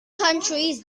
counties